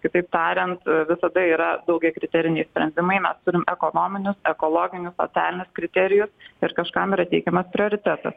kitaip tariant visada yra daugiakriteriniai sprendimai mes turim ekonominius ekologinius socialinius kriterijus ir kažkam yra teikiamas prioritetas